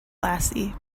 lassie